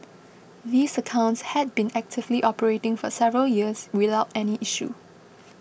these accounts had been actively operating for several years without any issues